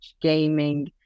gaming